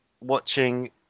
watching